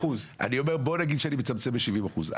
לעשות בגנים שעכשיו השרה החדשה חוזרת על זה